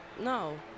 no